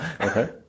Okay